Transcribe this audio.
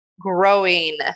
growing